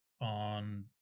on